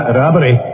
robbery